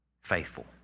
faithful